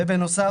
בנוסף,